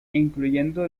incluyendo